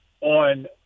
on